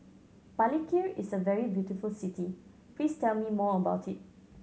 Palikir is a very beautiful city please tell me more about it